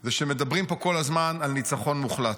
זה שמדברים פה כל הזמן על ניצחון מוחלט.